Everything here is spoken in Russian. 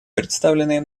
представленные